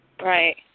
right